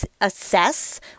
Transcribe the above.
assess